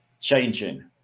changing